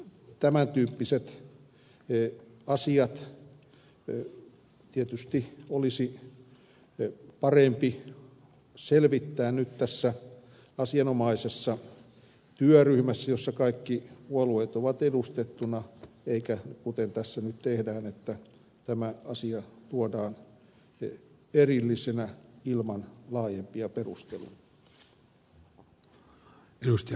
tämän tyyppiset asiat tietysti olisi parempi selvittää nyt tässä asianomaisessa työryhmässä jossa kaikki puolueet ovat edustettuina eikä niin kuten tässä nyt tehdään että tämä asia tuodaan erillisenä ilman laajempia perusteluja